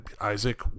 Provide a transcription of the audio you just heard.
Isaac